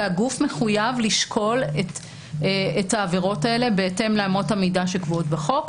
והגוף מחויב לשקול את העבירות האלה בהתאם לאמות המידה שקבועות בחוק,